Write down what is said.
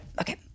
okay